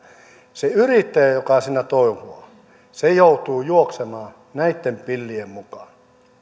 se yrittäjä joka siinä touhuaa joutuu juoksemaan näitten pillien mukaan